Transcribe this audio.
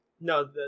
No